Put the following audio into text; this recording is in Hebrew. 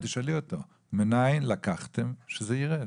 תשאלי אותו מנין לקחתם שזה יירד?